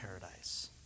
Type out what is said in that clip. paradise